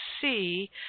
see